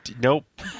Nope